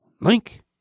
Link